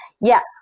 yes